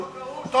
לא,